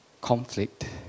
conflict